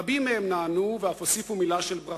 רבים מהם נענו ואף הוסיפו מלה של ברכה.